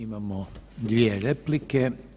Imamo dvije replike.